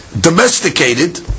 domesticated